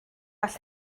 all